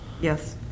Yes